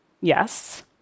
Yes